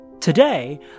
Today